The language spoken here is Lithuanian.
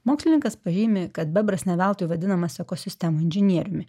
mokslininkas pažymi kad bebras ne veltui vadinamas ekosistemų inžinieriumi